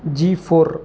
G four